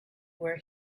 were